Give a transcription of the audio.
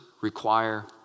require